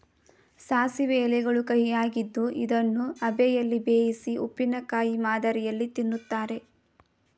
ಸಾಸಿವೆ ಎಲೆಗಳು ಕಹಿಯಾಗಿದ್ದು ಇದನ್ನು ಅಬೆಯಲ್ಲಿ ಬೇಯಿಸಿ ಉಪ್ಪಿನಕಾಯಿ ಮಾದರಿಯಲ್ಲಿ ತಿನ್ನುತ್ತಾರೆ